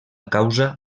causa